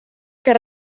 dei